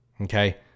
okay